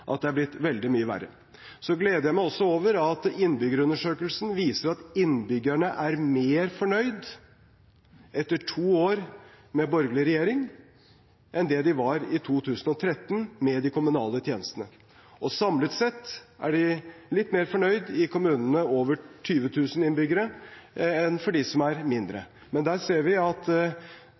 at det er blitt veldig mye verre. Så gleder jeg meg også over at innbyggerundersøkelsen viser at innbyggerne er mer fornøyd med de kommunale tjenestene etter to år med borgerlig regjering enn det de var i 2013. Samlet sett er de litt mer fornøyd i kommuner med over 20 000 innbyggere enn i de mindre. Der ser vi at